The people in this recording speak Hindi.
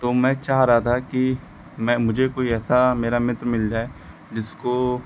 तो मैं चाह रहा था कि म मुझे कोई ऐसा मेरा मित्र मिल जाए जिसको